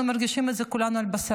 אנחנו מרגישים את זה כולנו על בשרנו.